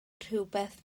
rhywbeth